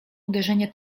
uderzenie